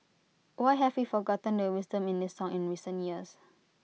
why have we forgotten the wisdom in this song in recent years